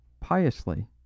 piously